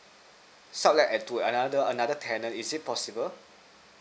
sub like add to another another tenant is it possible